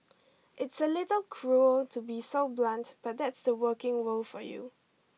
it's a little cruel to be so blunt but that's the working world for you